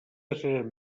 eren